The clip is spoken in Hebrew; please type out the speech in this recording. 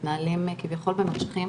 ושמתנהלים כביכול במחשכים,